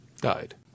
Died